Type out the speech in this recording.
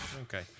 Okay